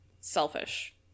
selfish